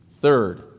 Third